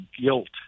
guilt